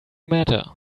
matter